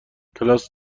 کلاس